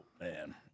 man